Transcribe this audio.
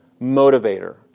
motivator